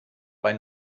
bei